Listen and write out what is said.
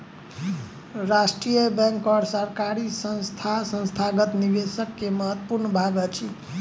राष्ट्रीय बैंक और सरकारी संस्थान संस्थागत निवेशक के महत्वपूर्ण भाग अछि